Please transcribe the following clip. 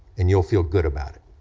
and you'll feel good about it.